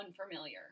unfamiliar